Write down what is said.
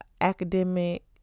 academic